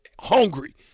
hungry